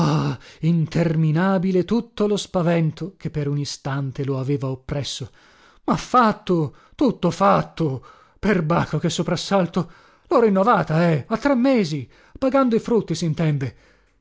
interminabile tutto lo spavento che per un istante lo aveva oppresso ma fatto tutto fatto perbacco che soprassalto lho rinnovata eh a tre mesi pagando i frutti sintende